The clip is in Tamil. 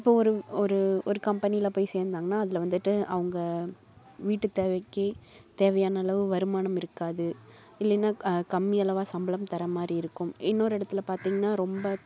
இப்போ ஒரு ஒரு ஒரு கம்பெனியில் போய் சேர்ந்தாங்கனா அதில் வந்துட்டு அவங்க வீட்டு தேவைக்கு தேவையான அளவு வருமானம் இருக்காது இல்லைனா க கம்மி அளவாக சம்பளம் தர மாதிரி இருக்கும் இன்னொரு இடத்துல பார்த்தீங்கனா ரொம்ப